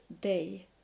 day